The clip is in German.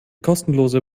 kostenlose